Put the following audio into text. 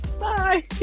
Bye